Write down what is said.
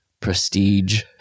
prestige